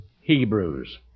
Hebrews